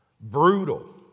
brutal